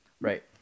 Right